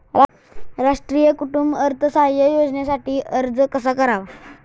राष्ट्रीय कुटुंब अर्थसहाय्य योजनेसाठी अर्ज कसा करावा?